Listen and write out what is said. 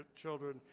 children